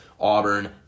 Auburn